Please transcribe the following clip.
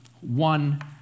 one